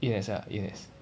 E_N_S ah E_N_S